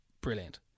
brilliant